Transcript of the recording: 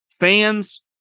Fans